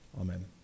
Amen